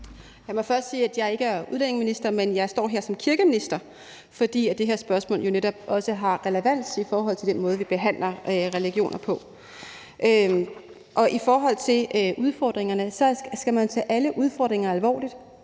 Lad mig først sige, at jeg ikke er udlændingeminister, men at jeg står her som kirkeminister, fordi det her spørgsmål netop også har relevans i forhold til den måde, vi behandler religioner på. Hvad angår udfordringerne, så skal man tage alle udfordringer alvorligt